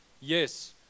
Yes